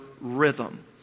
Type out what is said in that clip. rhythm